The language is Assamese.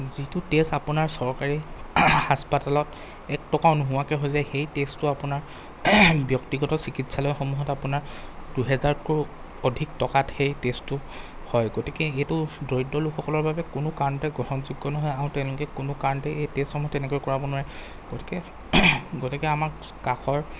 যিটো টেষ্ট আপোনাৰ চৰকাৰী হাস্পাতালত এক টকাও নোহোৱাকৈ হৈ যায় সেই টেষ্টটো আপোনাৰ ব্যক্তিগত চিকিৎচালয়সমূহত আপোনাৰ দুহেজাৰতকৈয়ো অধিক টকাত সেই টেষ্টটো হয় গতিকে এইটো দৰিদ্ৰ লোকসকলৰ বাবে কোনো কাৰণতে গ্ৰহণযোগ্য নহয় আৰু তেনেকৈয়ে কোনো কাৰণতেই এই টেষ্টসমূহ তেনেকৈ কৰাব নোৱাৰে গতিকে গতিকে আমাক কাষৰ